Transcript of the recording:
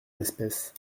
espèce